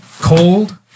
Cold